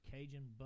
Cajun